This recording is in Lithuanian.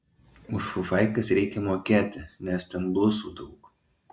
už fufaikas reikia mokėti nes ten blusų daug